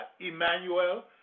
Emmanuel